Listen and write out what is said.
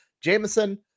Jameson